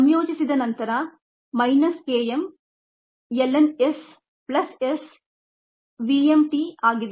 ಸಂಯೋಜಿಸಿದ ನಂತರ minus Km ln S plus S v m t ಆಗಿದೆ